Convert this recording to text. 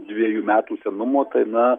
dviejų metų senumo tai na